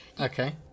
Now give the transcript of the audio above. Okay